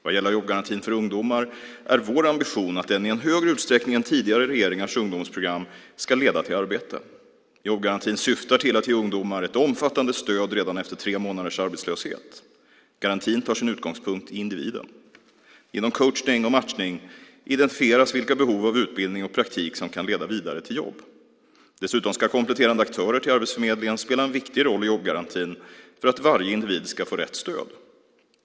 Vad gäller jobbgarantin för ungdomar är vår ambition att den i högre utsträckning än tidigare regeringars ungdomsprogram ska leda till arbete. Jobbgarantin syftar till att ge ungdomar ett omfattande stöd redan efter tre månaders arbetslöshet. Garantin tar sin utgångspunkt i individen. Genom coachning och matchning identifieras vilka behov av utbildning och praktik som kan leda vidare till jobb. Dessutom ska kompletterande aktörer till Arbetsförmedlingen spela en viktig roll i jobbgarantin för att varje individ ska få rätt stöd.